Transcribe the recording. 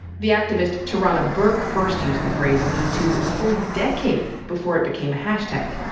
the activist tarana burke first used the phrase me too a fu ll decade before it became a hashtag.